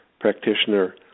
practitioner